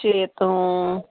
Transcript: ਛੇ ਤੋਂ